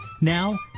Now